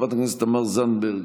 חברת הכנסת תמר זנדברג,